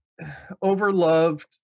Overloved